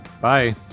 bye